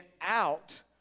out